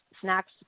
snacks